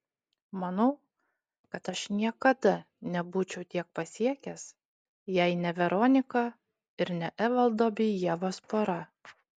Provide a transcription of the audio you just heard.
manau kad aš niekada nebūčiau tiek pasiekęs jei ne veronika ir ne evaldo bei ievos pora